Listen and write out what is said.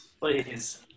Please